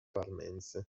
parmense